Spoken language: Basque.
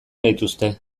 gaituzte